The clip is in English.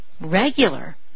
regular